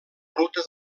ruta